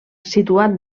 situat